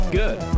good